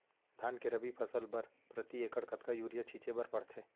धान के रबि फसल बर प्रति एकड़ कतका यूरिया छिंचे बर पड़थे?